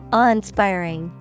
awe-inspiring